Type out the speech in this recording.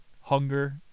hunger